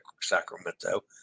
Sacramento